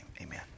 amen